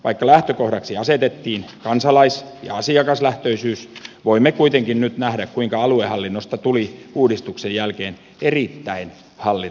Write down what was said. vaikka lähtökohdaksi asetettiin kansalais ja asiakaslähtöisyys voimme kuitenkin nyt nähdä kuinka aluehallinnosta tuli uudistuksen jälkeen erittäin hallintokeskeinen